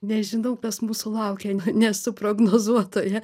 nežinau kas mūsų laukia nesu prognozuotoja